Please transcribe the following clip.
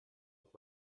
with